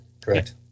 Correct